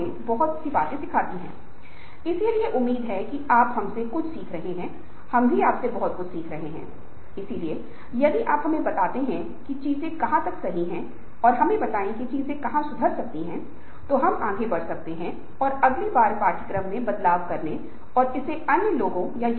संगीत सुनना डोपामाइन को उत्पादित कर सकता है इसका मतलब यह नहीं है कि आप संगीत सुनकर यह भी सोच रहे हैं कि आप सिर्फ संगीत सुनने का अनुमान लगा रहे हैं डोपामाइन जारी कर सकते हैं मन का उपयोग करें क्योंकि आप बस इसका उपयोग करके मस्तिष्क के किसी भी सर्किट को अधिक मजबूत कर सकते हैं जिससे अगली बार स्वाभाविक रूप से उस रास्ते पर जाना आसान हो जाए